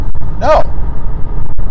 no